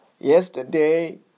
Yesterday